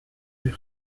plus